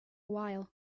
while